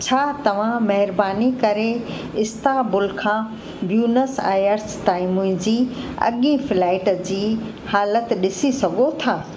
छा तव्हां महिरबानी करे इस्तांबुल खां व्यूनस आयर्स ताईं मुंहिंजी अॻीं फ़्लाइट जी हालति ॾिसी सघो था